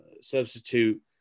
substitute